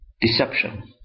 deception